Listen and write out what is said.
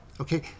Okay